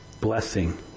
Blessing